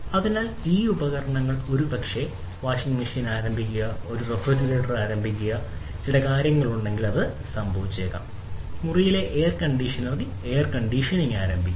അതിനാൽ ഈ ഉപകരണങ്ങൾ ഒരുപക്ഷേ ഒരു വാഷിംഗ് മെഷീൻ ആരംഭിക്കുക ഒരു റഫ്രിജറേറ്റർ ആരംഭിക്കുക ചില കാര്യങ്ങളുണ്ടെങ്കിൽ അത് സംഭവിച്ചേക്കാം മുറിയിലെ എയർകണ്ടീഷണറിൽ എയർ കണ്ടീഷനിംഗ് ആരംഭിക്കുന്നു